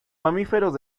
mamíferos